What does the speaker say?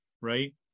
right